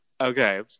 Okay